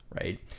right